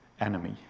enemy